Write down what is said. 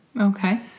Okay